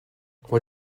what